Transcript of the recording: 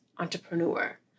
entrepreneur